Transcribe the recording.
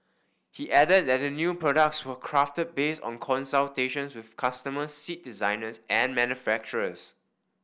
he added that the new products were crafted based on consultations with customers seat designers and manufacturers